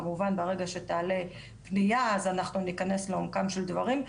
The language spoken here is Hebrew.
כמובן ברגע שתעלה פנייה אז אנחנו ניכנס לעומקם של דברים.